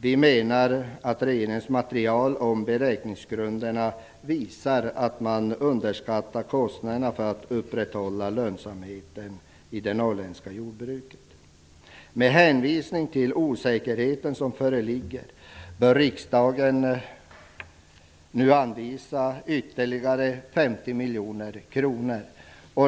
Vi menar att regeringens material för beräkningsgrunderna visar att man underskattar kostnaderna för att upprätthålla lönsamheten i det norrländska jordbruket. Men hänvisning till den osäkerhet som föreligger bör riksdagen nu anvisa ytterligare 50 miljoner kronor.